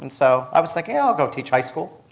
and so i was thinking i'll go teach high school.